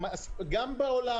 גם בעולם,